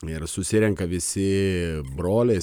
ir susirenka visi broliai